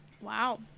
wow